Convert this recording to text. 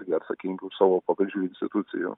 jie atsakingi už savo pavaldžių institucijų